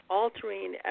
altering